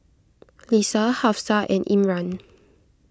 Lisa Hafsa and Imran